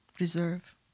reserve